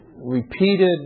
repeated